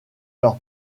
leur